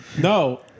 No